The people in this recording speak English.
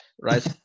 right